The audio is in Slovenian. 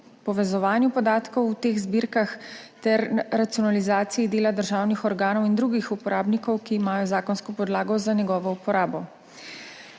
povezovanju podatkov v teh zbirkah ter racionalizaciji dela državnih organov in drugih uporabnikov, ki imajo zakonsko podlago za njegovo uporabo.